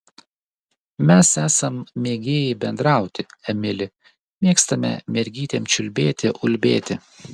mes esam mėgėjai bendrauti emili mėgstame mergytėm čiulbėti ulbėti